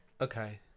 okay